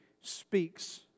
speaks